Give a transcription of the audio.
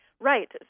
Right